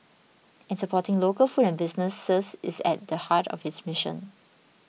and supporting local food and businesses is at the heart of its mission